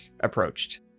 approached